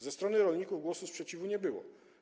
Ze strony rolników głosu sprzeciwu nie było.